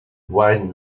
wine